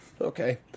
Okay